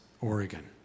Oregon